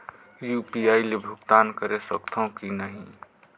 UPI ले भुगतान करे सकथन कि नहीं?